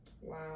Wow